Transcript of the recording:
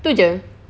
itu jer